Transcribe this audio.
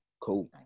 cool